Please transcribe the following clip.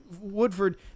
Woodford